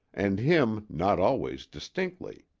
and him not always distinctly.